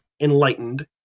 enlightened